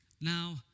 Now